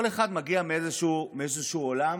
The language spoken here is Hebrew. כל אחד מגיע מאיזשהו עולם